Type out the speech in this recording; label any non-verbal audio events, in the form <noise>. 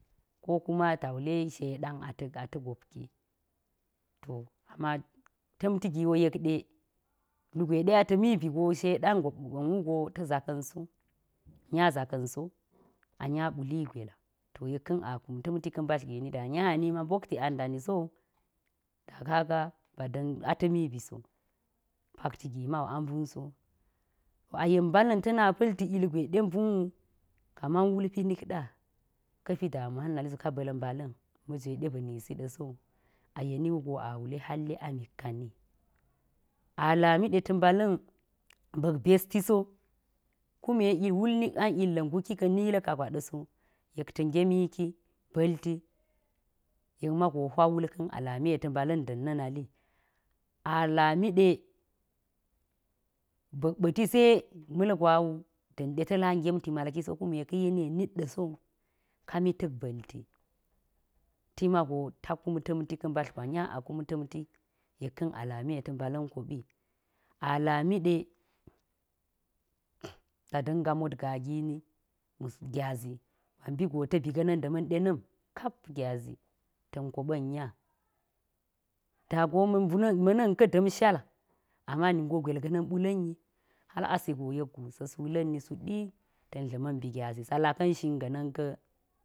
Ko kuma ta̱ wule sheɗan ata̱ <hesitation> gopki amma ta̱mti gi wo yek ɗe <noise> lugwe ɗe a ta̱mi bi go sheɗan goɓa̱n wugo ta̱ zaka̱n so, nya zaka̱n so <noise> a nya ɓuli gwel to yeka̱n a kum ta̱mti ka̱ mbadl gini da nya a nima mbokti ang dani sowu da kaga ba da̱n <hesitation> a ta̱mi bi so, pakti gi ma wu mbun so. <unintelligible> a yen mbala̱n ta na pa̱lti ilgwe ɗe mbun wu, kaman wulpi nik ɗa, ka pi damuwa na nali so ka ba̱l mbala̱n ma̱jwe ba̱ nisi ɗa̱ sowu a yeni wugo a wule halle amik kani. A lami ɗe ta̱ mbala̱n ba̱k besti so, kume wul nik ang illa̱ nguki ka̱ni yilka gwa ɗa̱ so yek ta̱ ngemiki ba̱lti, yek mago hwa wul a lami ta̱ mbala̱n da̱n nali. a lami ɗe <hesitation> ba̱k pa̱ti se ta̱ ma̱l gwa wu da̱n ɗe ta̱la ngemti malki so kume ka̱ yeni nit ɗa̱ sowu kami ta̱k ba̱lti. Ti mago ta̱ kum ta̱mti ka̱ mbadl gwa <noise> nya a kum ta̱mti, yek ka̱n a lami ɗe ta̱ mbala̱n koɓi. A lami ɗe <unintelligible> ta da̱nga motgaa gini mus gyazi ba mbi go ta̱ bi ga̱na̱n da̱ma̱n ɗe na̱m kap gyazi ta̱n koɓa̱n <noise> nya da go ma̱ mbuna̱n <noise> <hesitation> ma̱na̱n ka̱ da̱mshal amma ningo gwel ga̱na̱n ɓula̱n yi hal ase go yekgu sa̱ sula̱nni suɗi ta̱n dla̱ma̱n bi gyazi sa laka̱n shin ga̱na̱n ka̱.